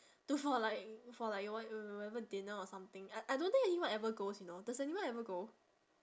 to for like for like wh~ whatever dinner or something I I don't think anyone ever goes you know does anyone ever go